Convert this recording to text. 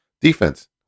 defense